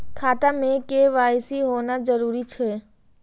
खाता में के.वाई.सी होना जरूरी छै?